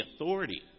authority